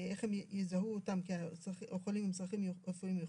איך הם יזהו אותם כחולים עם צרכים רפואיים מיוחדים.